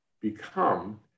become